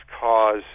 cause